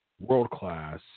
world-class